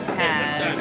has-